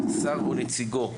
שר או נציגו,